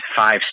five